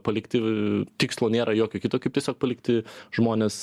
palikti tikslo nėra jokio kito kaip tiesiog palikti žmones